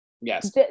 yes